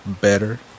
better